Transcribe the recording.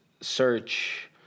search